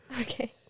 Okay